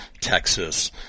Texas